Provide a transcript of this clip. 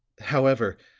however,